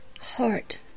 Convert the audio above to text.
heart